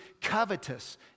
covetous